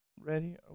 Ready